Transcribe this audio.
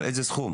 על איזה סכום?